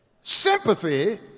Sympathy